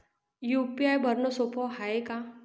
UPI भरनं सोप हाय का?